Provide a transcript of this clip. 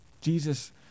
Jesus